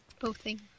Bothing